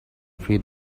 feed